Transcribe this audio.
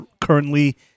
currently